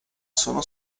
sono